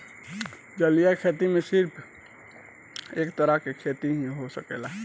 जलीय खेती में सिर्फ एक तरह के खेती ही हो सकेला